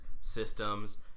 systems